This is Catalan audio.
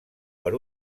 per